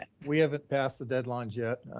we haven't passed the deadlines yet.